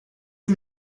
que